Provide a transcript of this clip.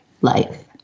life